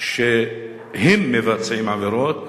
שהם מבצעים עבירות,